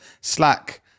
Slack